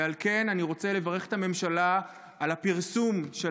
ועל כן אני רוצה לברך את הממשלה על הפרסום של